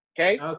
okay